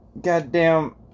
Goddamn